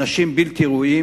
אנשים בלתי ראויים.